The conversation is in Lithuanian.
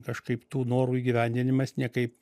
kažkaip tų norų įgyvendinimas niekaip